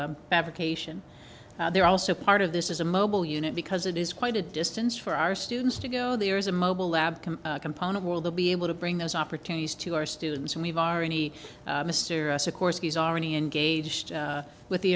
avocation they're also part of this is a mobile unit because it is quite a distance for our students to go there is a mobile lab component world to be able to bring those opportunities to our students and we've already mr s of course he's already engaged with the